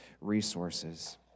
resources